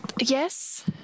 Yes